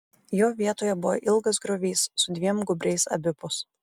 jo vietoje buvo ilgas griovys su dviem gūbriais abipus